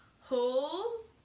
Hold